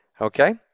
Okay